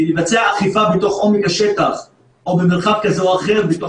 כי לבצע אכיפה בתוך עומק השטח או במרחב כזה או אחר בתוך